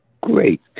Great